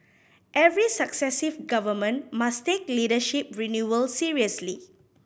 every successive Government must take leadership renewal seriously